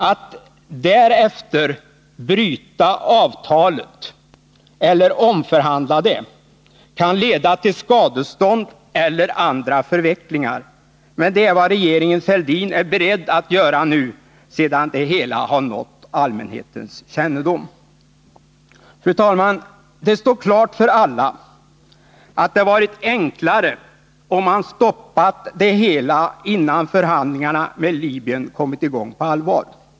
Att därefter bryta avtalet eller omförhandla det kan leda till skadestånd eller andra förvecklingar. Men det är vad regeringen 57 Fälldin är beredd att göra nu sedan det hela har kommit till allmänhetens kännedom. Fru talman! Det står klart för alla att det varit enklare om man stoppat det hela innan förhandlingarna med Libyen kommit i gång på allvar.